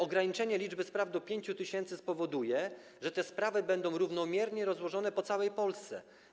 Ograniczenie liczby spraw do 5 tys. spowoduje, że te sprawy będą równomiernie rozłożone w całej Polsce.